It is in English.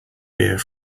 beer